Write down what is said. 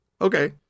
okay